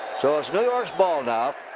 so it's new york's ball now.